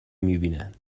میبینند